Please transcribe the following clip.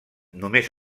només